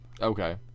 Okay